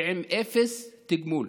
ועם אפס תגמול.